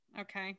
okay